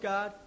God